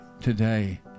today